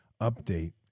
Update